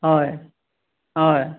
হয় হয়